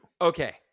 Okay